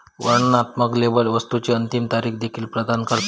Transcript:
वर्णनात्मक लेबल वस्तुची अंतिम तारीख देखील प्रदान करता